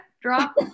drop